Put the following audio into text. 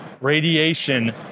radiation